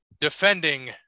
defending